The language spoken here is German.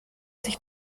sich